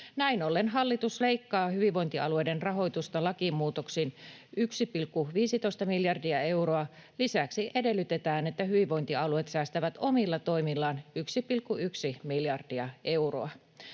Näin ollen hallitus leikkaa hyvinvointialueiden rahoitusta lakimuutoksin 1,15 miljardia euroa. Lisäksi edellytetään, että hyvinvointialueet säästävät omilla toimillaan 1,1 miljardia euroa.